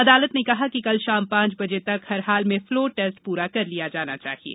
अदालत ने कहा कि कल शाम पांच बजे तक हर हाल में फ़लोर टेस्ट पूरा कर लिया जाना चाहिये